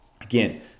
Again